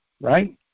right